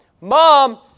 mom